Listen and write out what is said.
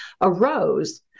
arose